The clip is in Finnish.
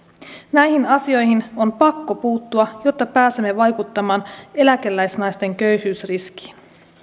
näihin asioihin on pakko puuttua jotta pääsemme vaikuttamaan eläkeläisnaisten köyhyysriskiin